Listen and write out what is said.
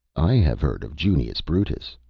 i have heard of junius brutus,